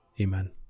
Amen